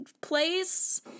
place